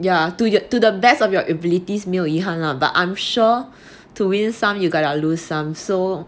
ya to the to the best of your abilities 没有遗憾 lah but I'm sure to win some you got to lose some so